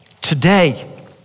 today